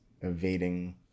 evading